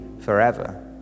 forever